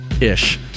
Ish